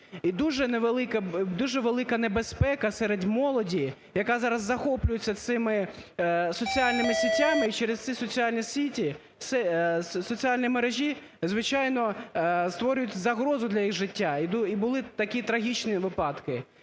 І дуже велика небезпека серед молоді, яка зараз захоплюється цими соціальними сетями, і через ці соціальні мережі, звичайно, створюють загрозу для їх життя, і були такі трагічні випадки.